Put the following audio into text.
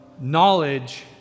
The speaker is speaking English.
knowledge